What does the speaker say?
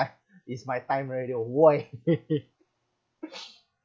it's my time already orh wei